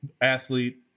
athlete